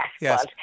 yes